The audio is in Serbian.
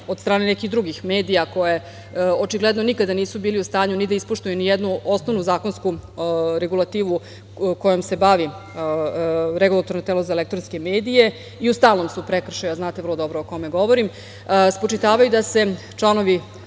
od strane nekih drugih medija, koji očigledno nikad nisu bili u stanju ni da ispoštuju nijednu osnovnu zakonsku regulativu kojom se bavi Regulatorno telo za elektronske medije i u stalnom su prekršaju, a znate vrlo dobro o kome govorim, spočitavaju da se članovi